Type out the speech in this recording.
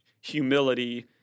humility